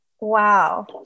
Wow